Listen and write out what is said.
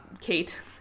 Kate